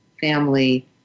family